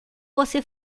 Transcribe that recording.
você